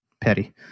Petty